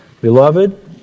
beloved